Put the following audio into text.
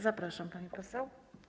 Zapraszam, pani poseł.